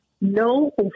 no